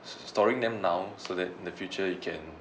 storing them now so that in the future you can